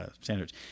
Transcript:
standards